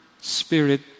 spirit